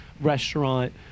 restaurant